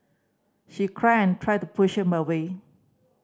she cried and tried to push him away